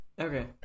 Okay